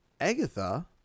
Agatha